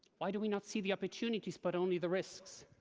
why do we not see the opportunities, but only the risks?